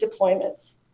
deployments